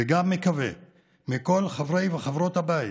וגם מקווה, מכל חברי וחברות הבית